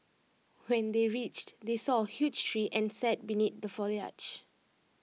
when they reached they saw A huge tree and sat beneath the foliage